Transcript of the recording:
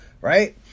right